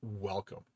welcome